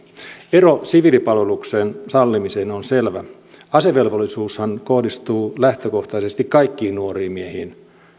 ero siviilipalveluksen sallimiseen on selvä asevelvollisuushan kohdistuu lähtökohtaisesti kaikkiin nuoriin miehiin